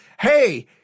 hey